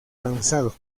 lanzado